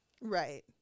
right